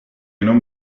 non